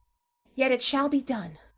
yet, it shall be done,